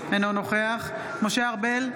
אינו נוכח משה ארבל,